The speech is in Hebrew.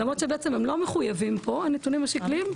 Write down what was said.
למרות שבעצם הם לא מחויבים פה הנתונים השקליים,